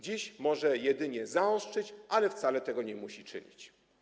Dziś może ją jedynie zaostrzyć, ale wcale tego nie musi czynić.